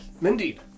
Mindy